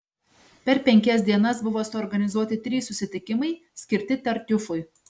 per penkias dienas buvo suorganizuoti trys susitikimai skirti tartiufui